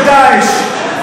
של דאעש.